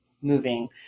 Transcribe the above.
moving